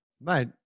Mate